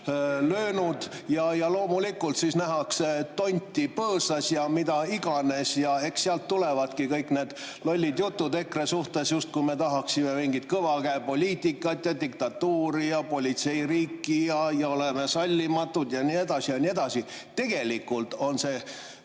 löönud. Loomulikult siis nähakse tonti põõsas ja mida iganes. Eks sealt tulevadki kõik need lollid jutud EKRE suhtes, justkui me tahaksime mingit kõva käe poliitikat, diktatuuri ja politseiriiki, et me oleme sallimatud ja nii edasi, ja nii edasi. Tegelikult on see